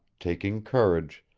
taking courage,